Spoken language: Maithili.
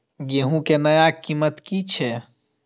गेहूं के नया कीमत की छे?